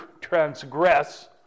transgress